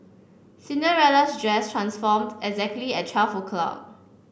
Cinderella's dress transformed exactly at twelve o'clock